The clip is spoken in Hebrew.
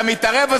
אתה מתערב?